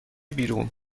بیرون